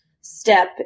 step